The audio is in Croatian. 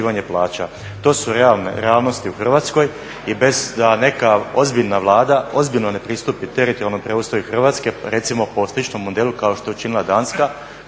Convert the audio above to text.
Hrvatskoj